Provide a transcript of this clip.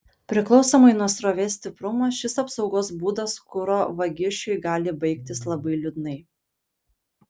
priklausomai nuo srovės stiprumo šis apsaugos būdas kuro vagišiui gali baigtis labai liūdnai